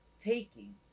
taking